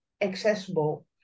accessible